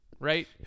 Right